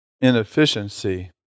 inefficiency